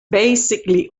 basically